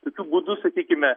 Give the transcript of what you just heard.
tokiu būdu sakykime